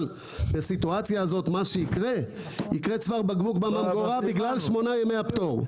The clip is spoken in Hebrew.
אבל בסיטואציה הזאת יקרה צוואר בקבוק בממגורה בגלל שמונת ימי הפטור.